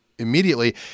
immediately